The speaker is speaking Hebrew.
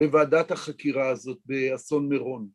בוועדת החקירה הזאת באסון מירון.